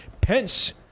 Pence